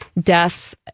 deaths